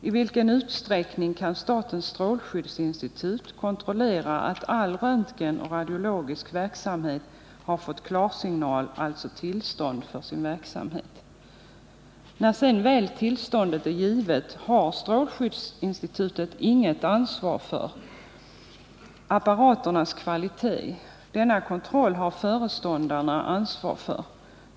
I vilken utsträckning kan statens strålskyddsinstitut kontrollera att all röntgen och radiologisk verksamhet har fått klarsignal, alltså tillstånd för sin verksamhet? När sedan tillståndet väl är givet har strålskyddsinstitutet inget ansvar för: a. Apparaternas kvalitet; denna kontroll har föreståndarna ansvar för.